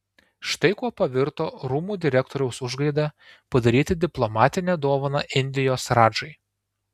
štai kuo pavirto rūmų direktoriaus užgaida padaryti diplomatinę dovaną indijos radžai